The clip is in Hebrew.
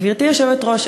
גברתי היושבת-ראש,